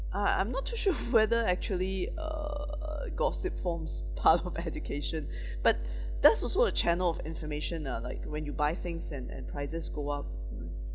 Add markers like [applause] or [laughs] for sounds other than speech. ah I'm not too sure [laughs] whether actually uh gossip forms part of education [breath] but that's also a channel of information ah like when you buy things and and prices go up mm